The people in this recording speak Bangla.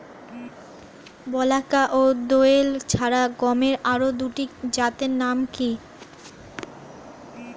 বলাকা ও দোয়েল ছাড়া গমের আরো দুটি জাতের নাম কি?